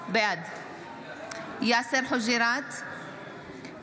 בעד יאסר חוג'יראת,